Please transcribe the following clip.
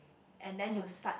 and then you start a